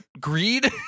Greed